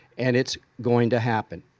and it's going to happen.